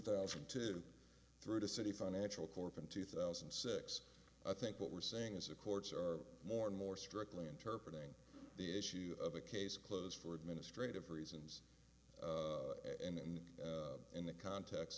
thousand and two through the city financial corp in two thousand and six i think what we're saying is the courts are more and more strictly interpret ing the issue of a case closed for administrative reasons and in the context